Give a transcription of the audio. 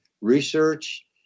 research